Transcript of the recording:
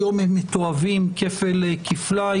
היום הם מתועבים כפל כפליים.